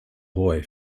boy